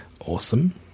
Awesome